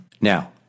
Now